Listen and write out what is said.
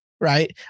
right